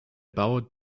bau